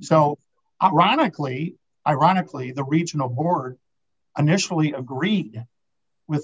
so ironically ironically the regional board an initially agree with